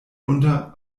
unter